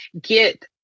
get